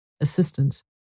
assistance